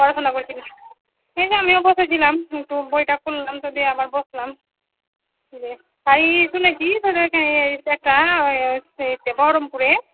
পড়াশুনা করছিলিস এই তো আমিও বসেছিলাম একটু বইটা খুললাম দিয়ে আবার বসলাম দিয়ে আই শুনেছিস তোদের ওখানে একটা ওই ইয়েতে বহরমপুরে